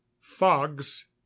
fogs